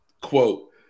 Quote